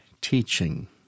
teaching